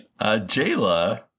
Jayla